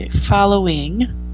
following